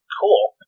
Cool